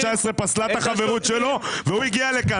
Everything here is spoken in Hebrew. פסלה את החברות שלו אך הוא הגיע לכאן.